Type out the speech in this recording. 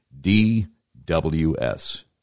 DWS